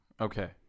Okay